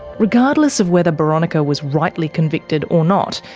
regardless of whether boronika was rightly convicted or not,